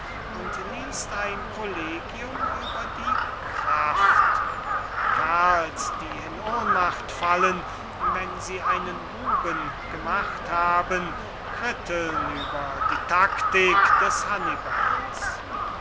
und liest ein collegium über die kraft kerls die in ohnmacht fallen wenn sie einen buben gemacht haben kritteln über die taktik des hannibals